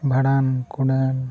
ᱵᱷᱟᱸᱰᱟᱱ ᱠᱩᱲᱟᱹᱱ